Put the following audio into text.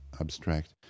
abstract